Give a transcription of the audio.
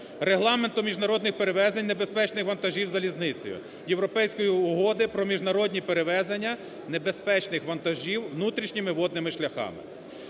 Регламентом міжнародних перевезень небезпечних вантажів залізницею, Європейської угоди про міжнародні перевезення небезпечних вантажів внутрішніми водними шляхами.